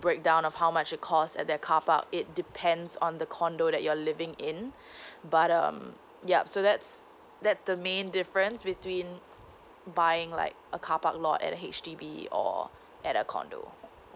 breakdown of how much it cost at their carpark it depends on the condo that you're living in but um yup so that's that's the main difference between buying like a carpark lot at H_D_B or at a condo